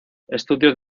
studios